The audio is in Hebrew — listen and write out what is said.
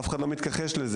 אף אחד לא מתכחש לזה.